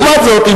לעומת זאת,